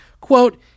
Quote